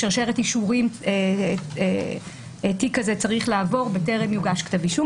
איזה שרשרת אישורים תיק כזה צריך לעבור בטרם יוגש כתב אישום.